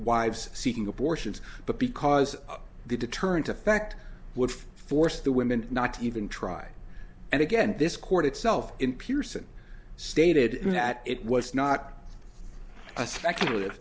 wives seeking abortions but because the deterrent effect would force the women not to even try and again this court itself in pierson stated that it was not a specula